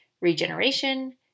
regeneration